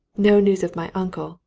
no news of my uncle,